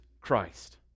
Christ